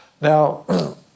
Now